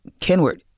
Kenward